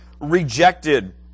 rejected